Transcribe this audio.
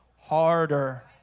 harder